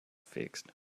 fixed